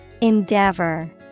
Endeavor